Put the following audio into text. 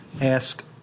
ask